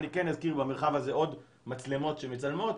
אני כן אזכיר במרחב הזה עוד מצלמות שמצלמות